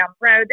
road